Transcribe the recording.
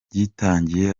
yitangiye